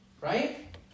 Right